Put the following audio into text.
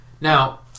Now